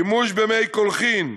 שימוש במי קולחין,